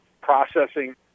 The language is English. processing